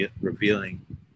revealing